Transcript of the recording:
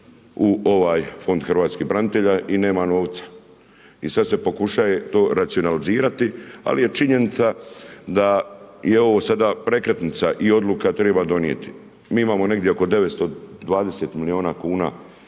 u ovaj fond hrvatskih branitelja i nema novca. I sada se pokušava to racionalizirati, ali je činjenica da je ovo sada prekretnica i odluka treba donijeti. Mi imamo negdje oko 920 milijuna kuna,